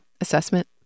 assessment